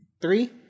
three